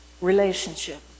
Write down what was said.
relationship